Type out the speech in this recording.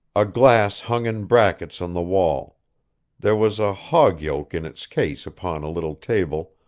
a glass hung in brackets on the wall there was a hog-yoke in its case upon a little table,